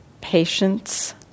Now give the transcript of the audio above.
patience